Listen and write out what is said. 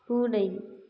கூடை